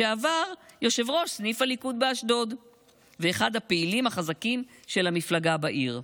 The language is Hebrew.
לשעבר יושב-ראש סניף הליכוד באשדוד ואחד הפעילים החזקים של המפלגה בעיר.